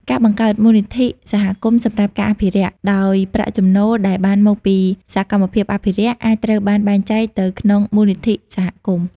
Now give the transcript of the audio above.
ការបង្កើតមូលនិធិសហគមន៍សម្រាប់ការអភិរក្ស ដោយប្រាក់ចំណូលដែលបានមកពីសកម្មភាពអភិរក្ស អាចត្រូវបានបែងចែកទៅក្នុងមូលនិធិសហគមន៍។